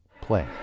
play